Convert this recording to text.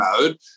mode